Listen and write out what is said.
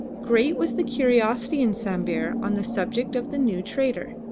great was the curiosity in sambir on the subject of the new trader.